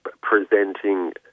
presenting